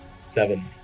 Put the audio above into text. Seven